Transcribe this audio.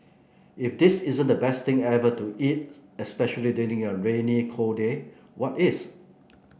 if this isn't the best thing ever to eat especially during a rainy cold day what is